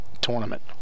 tournament